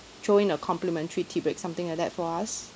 throw in a complimentary tea break something like that for us